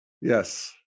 Yes